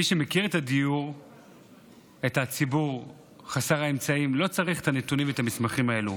מי שמכיר את הציבור חסר האמצעים לא צריך את הנתונים ואת המסמכים האלה.